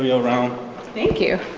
around thank you.